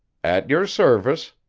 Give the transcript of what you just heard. at your service,